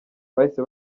bahise